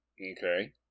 Okay